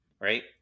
right